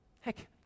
Heck